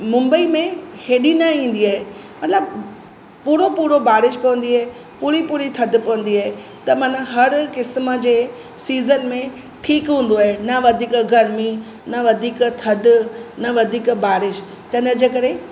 ऐं ॿोॾु वग़ैरह बि मुंबई में हेॾी न ईंदी आहे मतलबु पूरो पूरो बारिश पवंदी आहे पूरी पूरी थधु पवंदी आहे त माना हर क़िस्म जे सीज़न में ठीकु हूंदो आहे न वधीक गर्मी न वधीक थधु न वधीक बारिश त इनजे करे